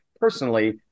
personally